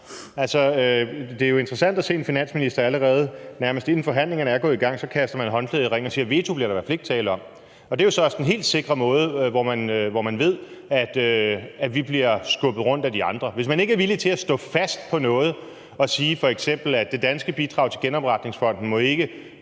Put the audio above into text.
det er jo interessant at se en finansminister, allerede nærmest inden forhandlingerne er gået i gang, kaste håndklædet i ringen og sige, at veto bliver der i hvert fald ikke tale om. Det er jo så også den helt sikre måde til at vide, at vi bliver skubbet rundt af de andre. Hvis man ikke er villig til at stå fast på noget og sige f.eks., at det danske bidrag til genopretningsfonden ikke